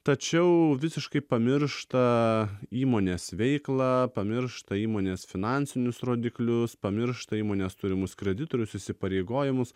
tačiau visiškai pamiršta įmonės veiklą pamiršta įmonės finansinius rodiklius pamiršta įmonės turimus kreditorius įsipareigojimus